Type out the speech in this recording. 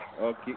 Okay